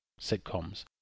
sitcoms